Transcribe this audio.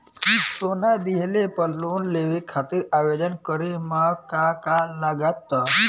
सोना दिहले पर लोन लेवे खातिर आवेदन करे म का का लगा तऽ?